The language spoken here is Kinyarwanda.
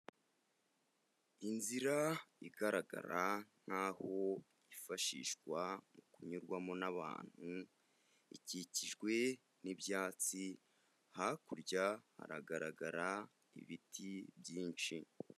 Inzira igaragara nkaho yifashishwa mu kunyurwamo n'abantu, ikikijwe n'ibyatsi hakurya haragaragara ibiti byinshi.